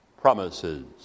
promises